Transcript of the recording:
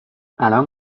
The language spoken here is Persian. الان